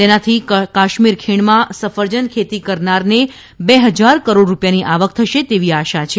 તેનાથી કાશ્મીર ખીણમાં સફરજન ખેતી કરનારને બે હજાર કરોડ રૂપિયાની આવક થશે તેવી આશા છે